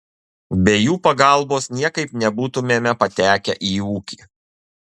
be jų pagalbos niekaip nebūtumėme patekę į ūkį